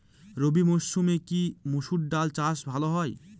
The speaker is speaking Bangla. রবি মরসুমে কি মসুর ডাল চাষ ভালো হয়?